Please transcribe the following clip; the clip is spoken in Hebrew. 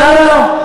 לא, לא, לא.